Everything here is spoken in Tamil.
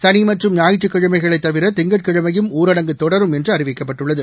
சனி மற்றும் ஞாயிற்றுக்கிழமைகளைத் தவிர திங்கள்கிழமையும் ஊரடங்கு தொடரும் என்று அறிவிக்கப்பட்டுள்ளது